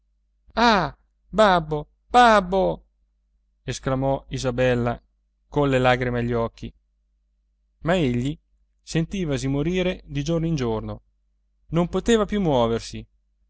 ah babbo babbo esclamò isabella colle lagrime agli occhi ma egli sentivasi morire di giorno in giorno non poteva più muoversi